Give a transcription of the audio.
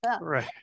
Right